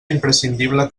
imprescindible